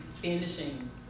finishing